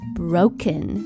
broken